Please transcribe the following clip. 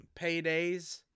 paydays